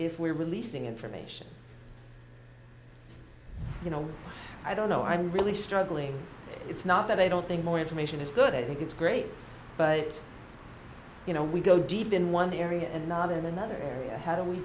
if we're releasing information you know i don't know i'm really struggling it's not that they don't think more information is good i think it's great but you know we go deep in one area and not in another how do we